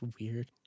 weird